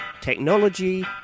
Technology